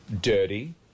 dirty